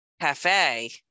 Cafe